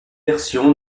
version